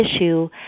issue